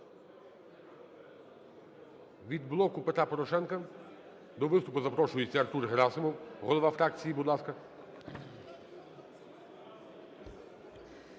Від "Блоку Петра Порошенка" до виступу запрошується Артур Герасимов, голова фракції. Будь ласка.